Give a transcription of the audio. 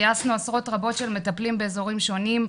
גייסנו עשרות רבות של מטפלים באזורים שונים,